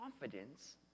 confidence